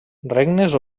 regnes